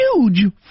huge